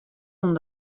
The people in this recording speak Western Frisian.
oan